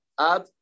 Add